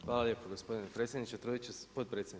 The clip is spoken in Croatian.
Hvala lijepo gospodine potpredsjedniče.